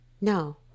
no